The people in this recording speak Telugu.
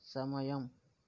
సమయం